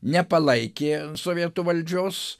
nepalaikė sovietų valdžios